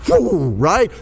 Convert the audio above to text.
Right